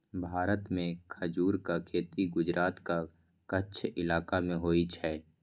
भारत मे खजूरक खेती गुजरातक कच्छ इलाका मे होइ छै